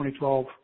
2012